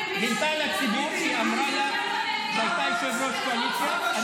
גילתה לציבור שהיא אמרה לה שכשהייתה יושבת-ראש